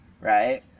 right